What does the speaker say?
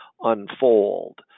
unfold